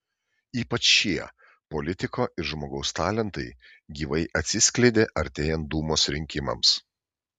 ypač šie politiko ir žmogaus talentai gyvai atsiskleidė artėjant dūmos rinkimams